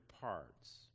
parts